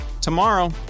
Tomorrow